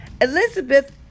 Elizabeth